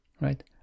right